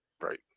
Right